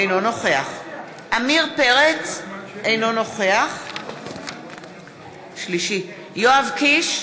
אינו נוכח עמיר פרץ, אינו נוכח יואב קיש,